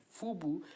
FUBU